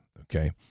okay